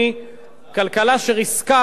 כלכלה שריסקה את יוון,